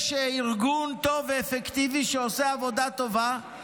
יש ארגון טוב ואפקטיבי שעושה עבודה טובה,